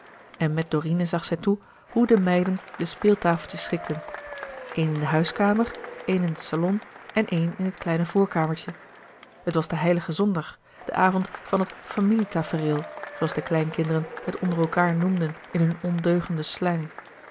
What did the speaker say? en met dorine zag zij toe hoe de meiden de speeltafeltjes schikten een in de huiskamer een in den salon en een in het kleine voorkamertje het was de heilige zondag de avond van het familielouis couperus de boeken der kleine zielen tafereel zooals de kleinkinderen het onder elkaâr noemden in hun ondeugende